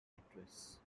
actress